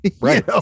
Right